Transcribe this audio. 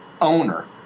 owner